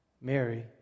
Mary